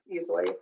easily